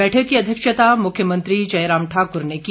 बैठक की अध्यक्षता मुख्यमंत्री जयराम ठाक्र ने की